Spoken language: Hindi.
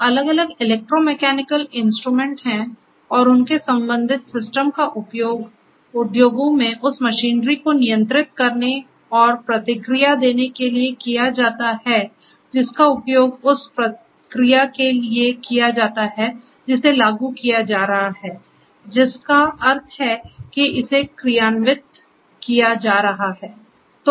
तो अलग अलग इलेक्ट्रो मैकेनिकल इंस्ट्रूमेंट हैं और उनके संबंधित सिस्टम का उपयोग उद्योगों में उस मशीनरी को नियंत्रित करने और प्रतिक्रिया देने के लिए किया जाता है जिसका उपयोग उस प्रक्रिया के लिए किया जाता है जिसे लागू किया जा रहा है जिसका अर्थ है कि इसे क्रियान्वित किया जा रहा है